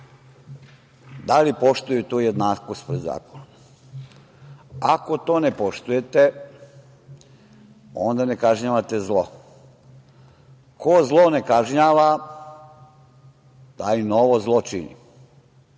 da li poštuju tu jednakost pred zakonom? Ako to ne poštujete, onda ne kažnjavate zlo. Ko zlo ne kažnjava, taj novo zlo čini.